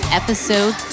episode